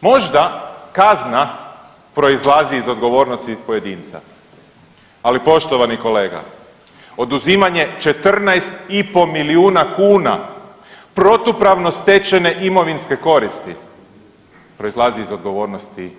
Možda kazna proizlazi iz odgovornosti pojedinca, ali poštovani kolega, oduzimanje 14,5 milijuna kuna protupravno stečene imovinske koristi proizlazi iz odgovornosti